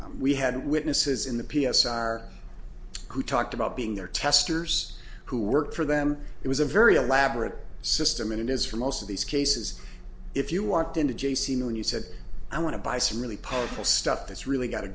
we had witnesses in the p s r who talked about being there testers who worked for them it was a very elaborate system and it is for most of these cases if you want them to j c know and you said i want to buy some really powerful stuff that's really got a